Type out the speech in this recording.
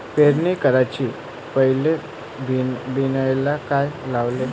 पेरणी कराच्या पयले बियान्याले का लावाव?